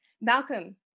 Malcolm